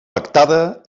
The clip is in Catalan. pactada